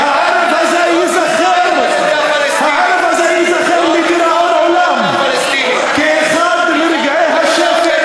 הערב הזה ייזכר לדיראון עולם כאחד מרגעי השפל